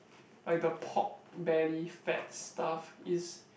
like the pork belly fat stuff is